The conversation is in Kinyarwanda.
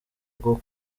bwo